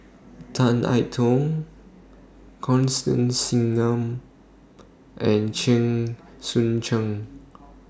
Tan I Tong Constance Singam and Chen Sucheng